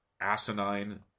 asinine